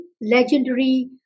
legendary